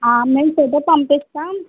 మేము ఫోటో పంపిస్తాం